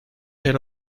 era